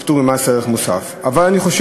לפטור ממס ערך מוסף תרופות